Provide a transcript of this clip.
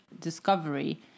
discovery